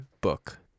book